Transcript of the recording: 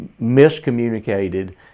miscommunicated